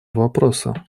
вопроса